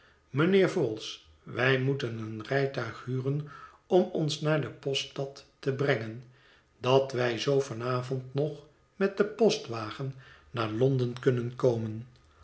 mijnheer vholes wij moeten een rijtuig huren om ons naar de poststad te brengen dat wij zoo van avond nog met den postwagen naar londen kunnen komen